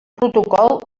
protocol